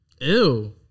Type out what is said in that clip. Ew